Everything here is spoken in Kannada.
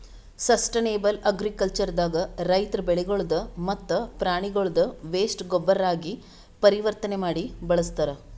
ಸಷ್ಟನೇಬಲ್ ಅಗ್ರಿಕಲ್ಚರ್ ದಾಗ ರೈತರ್ ಬೆಳಿಗಳ್ದ್ ಮತ್ತ್ ಪ್ರಾಣಿಗಳ್ದ್ ವೇಸ್ಟ್ ಗೊಬ್ಬರಾಗಿ ಪರಿವರ್ತನೆ ಮಾಡಿ ಬಳಸ್ತಾರ್